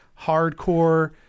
hardcore